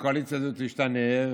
והקואליציה הזאת תשתנה,